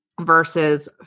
versus